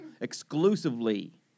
exclusively